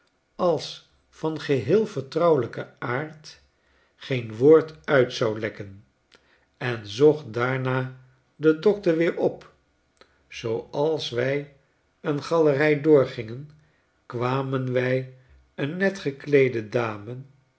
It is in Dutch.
als van geheel vertrouwelijken aard geen woord uit zou lekken en zocht daarna den dokter weer op zooals wij een galerij doorgingen kwamen wij een netgekleede dame